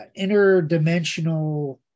interdimensional